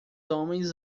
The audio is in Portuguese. homens